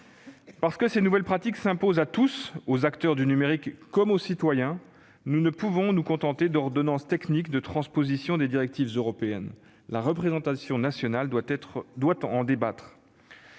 Parce que ces nouvelles pratiques s'imposent à tous, aux acteurs du numérique comme aux citoyens, nous ne pouvons nous contenter d'ordonnances techniques de transposition des directives européennes. La représentation nationale doit en débattre.